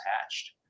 hatched